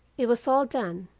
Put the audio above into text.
it was all done.